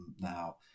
now